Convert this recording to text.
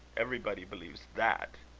everybody believes that.